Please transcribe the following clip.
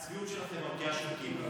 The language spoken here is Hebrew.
הצביעות שלכם מרקיעה שחקים.